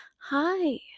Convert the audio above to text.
hi